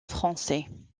français